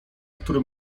które